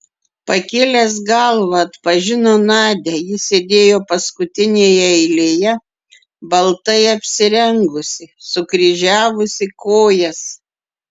pakėlęs galvą atpažino nadią ji sėdėjo paskutinėje eilėje baltai apsirengusi sukryžiavusi kojas